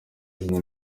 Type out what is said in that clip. izina